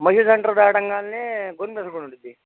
మసీదు సెంటర్ దాటగానే government hospital ఉంటుంది